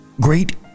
great